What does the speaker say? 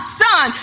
son